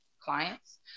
clients